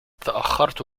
تأخرت